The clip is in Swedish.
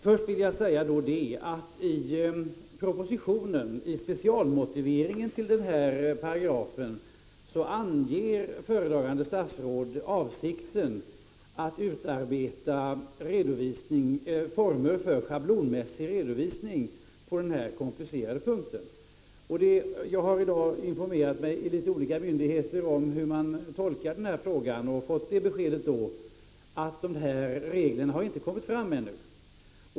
I propositionen anger föredragande statsrådet i specialmotiveringen till den här paragrafen avsikten att utarbeta former för schablonmässig redovisning på denna komplicerade punkt. Jag har i dag informerat mig hos en del olika myndigheter om hur man tolkar den här frågan och fått det beskedet att reglerna inte föreligger ännu.